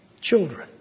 children